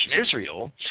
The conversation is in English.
Israel